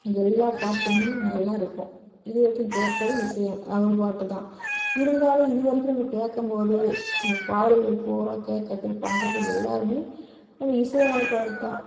எல்லா பாட்டுமே நல்லா இருக்கும் இதுவரைக்கும் கேட்கது இசை அவர் பாட்டு தான் இருந்தாலும் இதுவரைக்கும் நம்ம கேட்கம்போது நம்ம பாடல்கள் பூரா கேட்கறது பண்ணுறது எல்லாருமே நம்ம இசையமைப்பாள தான்